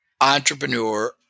entrepreneur